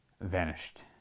vanished